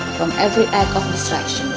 from every act um